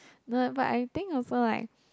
no eh but I think also like